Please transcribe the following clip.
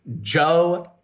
Joe